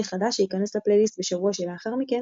חדש שייכנס לפלייליסט בשבוע שלאחר מכן